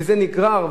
וזה נגרר,